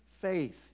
faith